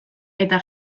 eta